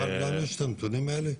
לנו יש את הנתונים האלה?